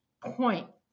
point